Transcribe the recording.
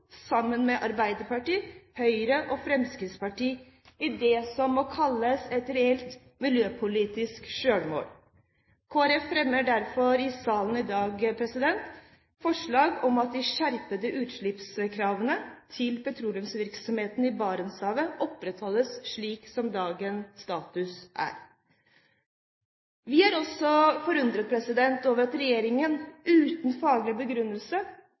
sammen med Arbeiderpartiet, Høyre og Fremskrittspartiet i det som må kalles et realt miljøpolitisk selvmål. Kristelig Folkeparti fremmer derfor i salen i dag forslag om at de skjerpede utslippskravene til petroleumsvirksomheten i Barentshavet opprettholdes slik som er status i dag. Vi er også forundret over at regjeringen uten faglig begrunnelse